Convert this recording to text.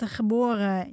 geboren